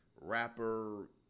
rapper